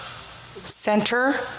Center